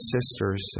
sisters